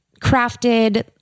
crafted